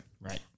Right